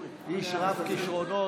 איש רב-כישרונות,